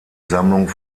sammlung